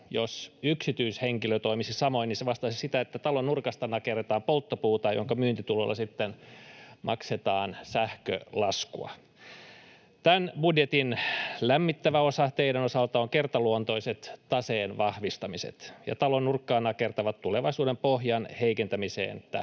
Jos yksityishenkilö toimisi samoin, niin se vastaisi sitä, että talon nurkasta nakerretaan polttopuuta, jonka myyntitulolla sitten maksetaan sähkölaskua. Tämän budjetin lämmittävä osa teidän osaltanne on kertaluontoiset taseen vahvistamiset, ja talon nurkkaa nakertavat tulevaisuuden pohjan heikentämiseen tähtäävät